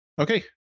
Okay